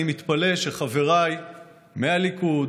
אני מתפלא שחבריי מהליכוד,